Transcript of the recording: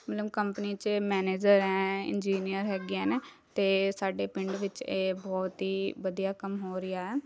ਮਤਲਬ ਕੰਪਨੀ 'ਚ ਮੈਨੇਜਰ ਹੈ ਇੰਨਜੀਨਰ ਹੈਗੀਆਂ ਨੇ ਅਤੇ ਸਾਡੇ ਪਿੰਡ ਵਿੱਚ ਇਹ ਬਹੁਤ ਹੀ ਵਧੀਆ ਕੰਮ ਹੋ ਰਿਹਾ ਹੈ